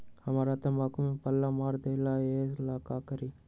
हमरा तंबाकू में पल्ला मार देलक ये ला का करी?